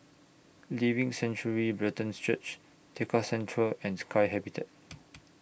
Living Sanctuary Brethren Church Tekka Centre and Sky Habitat